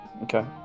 Okay